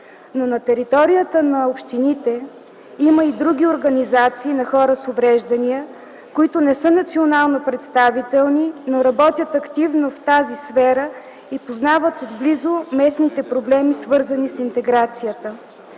На територията на общините има и други организации на хора с увреждания, които не са национално представителни, но работят активно в тази сфера и познават отблизо местните проблеми, свързани с интеграцията.